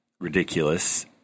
ridiculous